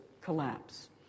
collapse